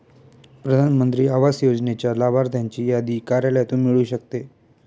प्रधान मंत्री आवास योजनेच्या लाभार्थ्यांची यादी कार्यालयातून मिळू शकते